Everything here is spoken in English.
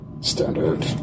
standard